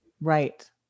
Right